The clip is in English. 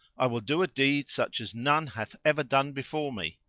i will do a deed such as none hath ever done before me!